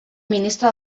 ministre